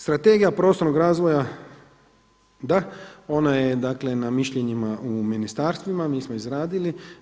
Strategija prostornog razvoja, da, ona je na mišljenjima u ministarstvima mi smo je izradili.